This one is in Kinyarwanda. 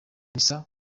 misa